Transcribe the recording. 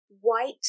white